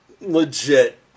legit